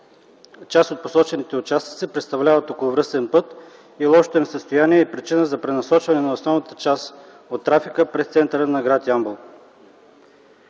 Част от посочените участъци представляват околовръстен път и лошото им състояние е причина за пренасочване на основната част от трафика през центъра на гр. Ямбол.